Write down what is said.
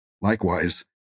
Likewise